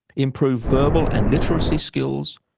improve verbal and literacy skills,